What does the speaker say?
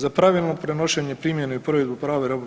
Za pravilno prenošenje primjene i provedbu prava EU